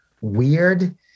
weird